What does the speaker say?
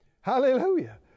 Hallelujah